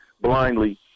blindly